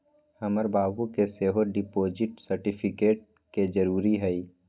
हमर बाबू के सेहो डिपॉजिट सर्टिफिकेट के जरूरी हइ